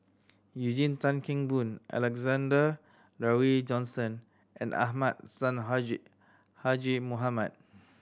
Eugene Tan Kheng Boon Alexander Laurie Johnston and Ahmad Sonhadji Mohamad